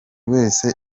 wese